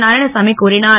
நாராயணசாமி கூறிஞர்